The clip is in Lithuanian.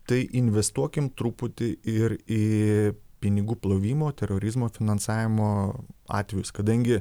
tai investuokim truputį ir į pinigų plovimo terorizmo finansavimo atvejus kadangi